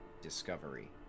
Discovery